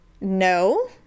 No